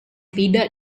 tidak